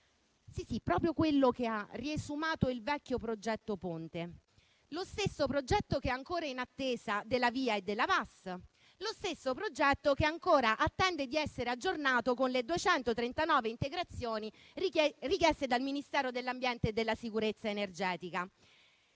proprio quello che ha riesumato il vecchio progetto per il Ponte; lo stesso progetto che è ancora in attesa della VIA e della VAS; lo stesso progetto che ancora attende di essere aggiornato con le 239 integrazioni richieste dal Ministero dell'ambiente e della sicurezza energetica.